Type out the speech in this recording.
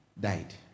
Died